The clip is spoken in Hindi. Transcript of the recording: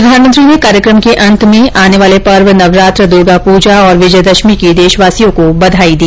प्रधानमंत्री ने कार्यक्रम के अंत में आने वाले पर्व नवरात्र दुर्गा पूजा और विजयदशमी पर्व की देशवासियों को बधाई दी